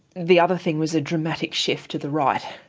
the other thing was a dramatic shift to the right.